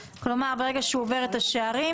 כלומר ברגע שהוא עובר את השערים הוא